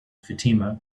fatima